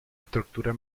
estructura